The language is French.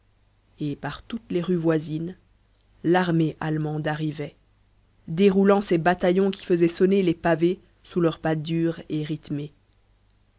et par toutes les rues voisines l'armée allemande arrivait déroulant ses bataillons qui faisaient sonner les pavés sous leur pas dur et rythmé